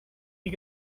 you